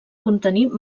contenir